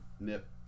nip